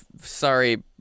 sorry